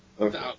Okay